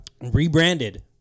Rebranded